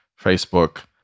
Facebook